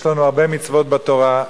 יש לנו הרבה מצוות בתורה,